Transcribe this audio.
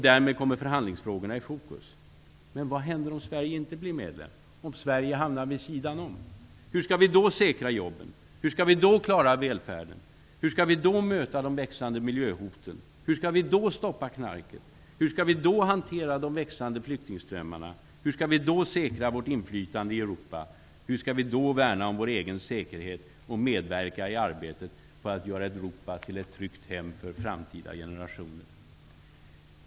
Därmed kommer förhandlingsfrågorna i fokus. Men vad händer om Sverige inte blir medlem, om Sverige hamnar vid sidan om? Hur skall vi då säkra jobben? Hur skall vi då klara välfärden? Hur skall vi då möta de växande miljöhoten? Hur skall vi då stoppa knarket? Hur skall vi då hantera de växande flyktingströmmarna? Hur skall vi då säkra vårt inflytande i Europa? Hur skall vi då värna om vår egen säkerhet och medverka i arbetet på att göra Europa till ett tryggt hem för framtida generationer?